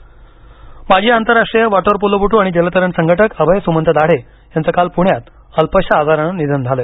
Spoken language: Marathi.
निधन दाढे माजी आंतरराष्ट्रीय वॉटरपोलोपटू आणि जलतरण संघटक अभय सुमंत दाढे यांचं काल पुण्यात अल्पशा आजारानं निधन झालं